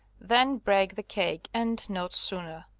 then break the cake, and not sooner.